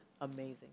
amazing